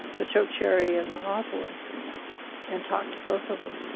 the show cherry and the hawthorne and talked to both of them